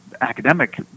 academic